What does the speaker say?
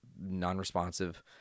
non-responsive